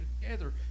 together